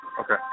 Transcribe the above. Okay